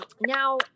now